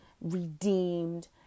redeemed